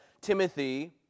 Timothy